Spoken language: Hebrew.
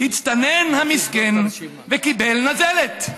הצטנן המסכן וקיבל נזלת,